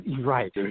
Right